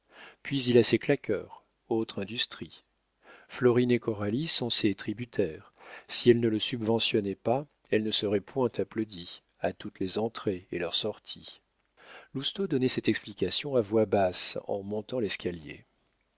puis il a ses claqueurs autre industrie florine et coralie sont ses tributaires si elles ne le subventionnaient pas elles ne seraient point applaudies à toutes les entrées et leurs sorties lousteau donnait cette explication à voix basse en montant l'escalier